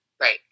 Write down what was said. Right